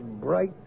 bright